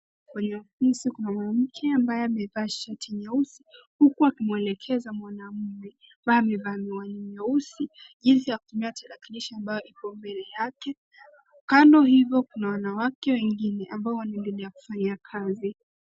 Kwenye ofisi kuna mwanamke ambaye amevaa shati nyeusi huku akimwelekeza mwanaume ambaye amevaa miwani nyeusi jinsi ya kutumia tarakilishi ambayo Iko mbele yake. Kando hivo kuna wanawake wengine ambao wanaendelea kufanya kazi.